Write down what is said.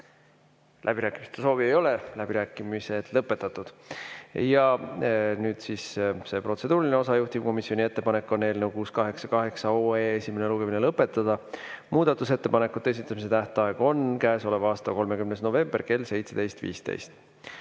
Läbirääkimiste soovi ei ole, läbirääkimised on lõpetatud. Ja nüüd siis see protseduuriline osa. Juhtivkomisjoni ettepanek on eelnõu 688 esimene lugemine lõpetada. Muudatusettepanekute esitamise tähtaeg on käesoleva aasta 30. november kell 17.15.